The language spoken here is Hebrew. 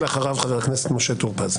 אחריו חבר הכנסת משה טור פז.